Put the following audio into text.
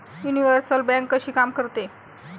Universal bank कशी काम करते?